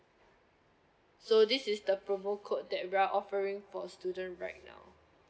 so this is the promo code that we are offering for student right now